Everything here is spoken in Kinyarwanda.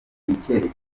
n’icyerekezo